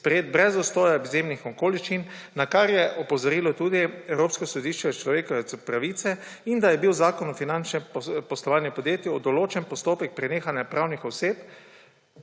sprejet brez obstoja izjemnih okoliščin, na kar je opozorilo tudi Evropsko sodišče za človekove pravice, in da je bil v Zakonu o finančnem poslovanju podjetij določen postopek prenehanja pravnih oseb